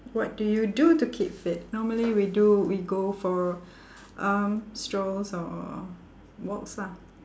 what do you do to keep fit normally we do we go for um strolls or or or walks lah